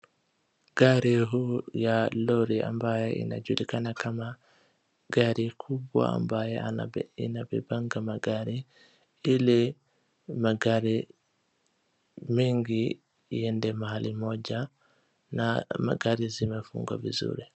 Gari huu ya lori ambaye inajulikana kama gari kubwa ambaye inabebanga magari ili magari mengi iende mahali moja na magari zimefungwa vizuri.